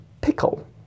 pickle